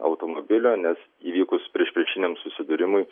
automobilio nes įvykus priešpriešiniam susidūrimui